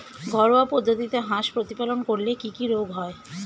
ঘরোয়া পদ্ধতিতে হাঁস প্রতিপালন করলে কি কি রোগ হয়?